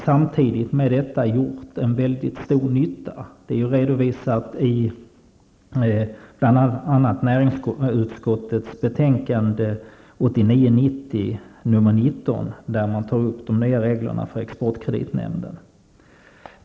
Samtidigt har man gjort en väldigt stor nytta, vilket bl.a. finns redovisat i näringsutskottets betänkande 1989/90:19, där de nya reglerna för exportkreditnämnden tas upp.